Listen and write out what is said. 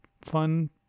fun